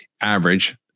average